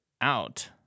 out